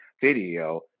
video